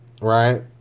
right